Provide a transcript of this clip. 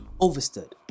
overstood